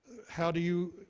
how do you,